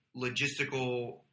logistical